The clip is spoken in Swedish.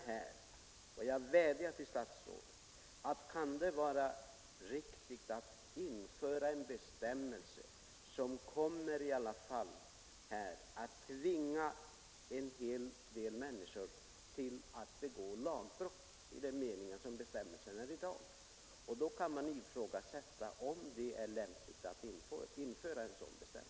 Jag frågar emellertid statsrådet: Kan det vara riktigt att införa en bestämmelse som i alla fall kommer att tvinga en hel del människor att begå lagbrott? Så är nämligen bestämmelsen utformad i dag.